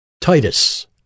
Titus